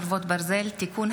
חרבות ברזל) (תיקון),